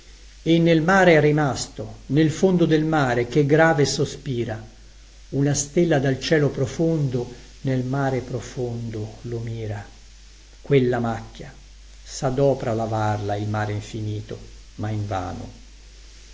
e nel mare è rimasto nel fondo del mare che grave sospira una stella dal cielo profondo nel mare profondo lo mira quella macchia sadopra a lavarla il mare infinito ma